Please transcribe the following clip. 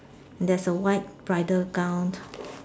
there's a white bridal gown